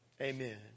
Amen